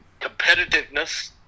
competitiveness